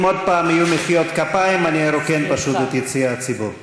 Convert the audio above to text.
אם עוד פעם יהיו מחיאות כפיים אני ארוקן פשוט את יציע הציבור.